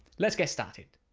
let's get started.